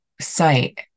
site